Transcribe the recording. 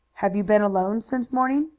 have you been alone since morning?